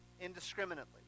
indiscriminately